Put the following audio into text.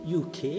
uk